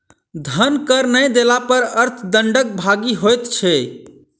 धन कर नै देला पर अर्थ दंडक भागी होइत छै